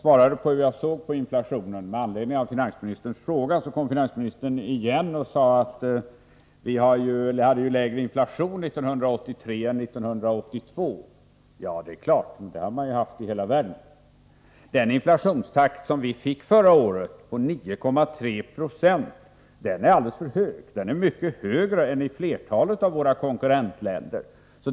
Herr talman! Jag svarade på finansministerns fråga hur jag såg på inflationen. Efter det kom finansministern igen och sade att vi hade lägre inflation 1983 än 1982. Det är klart, det hade man i hela världen! Den inflation på 9,3 26 som vi hade förra året är alldeles för hög. Den är mycket högre än i flertalet av våra konkurrentländer.